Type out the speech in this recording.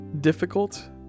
difficult